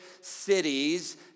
cities